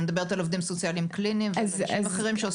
אני מדברת על עובדים סוציאליים קליניים ועל אנשים אחרים.